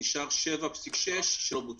נשאר 7.6 שלא בוצעו.